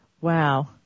Wow